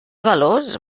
valors